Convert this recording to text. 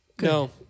No